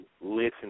listen